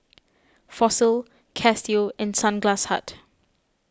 Fossil Casio and Sunglass Hut